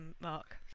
Mark